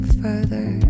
further